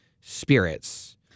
spirits